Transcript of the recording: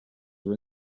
are